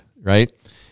right